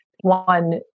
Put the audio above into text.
one